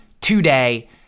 today